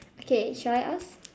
okay should I ask